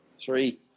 three